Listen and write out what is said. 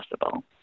possible